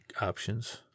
options